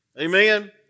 amen